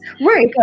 Right